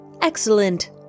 Excellent